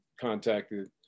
contacted